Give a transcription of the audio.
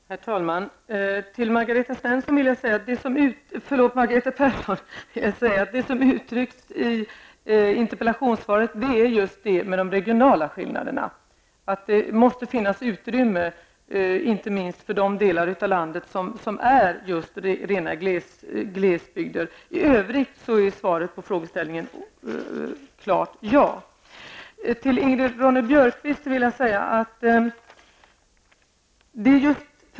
Herr talman! Till Margareta Persson vill jag säga att det som uttrycks i interpellationssvaret just är de regionala skillnaderna. Det måste finnas utrymme inte minst för de delar av landet som är rena glesbygder. I övrigt är svaret på frågeställningen ett klart ja. Ingrid Ronne-Björkqvist!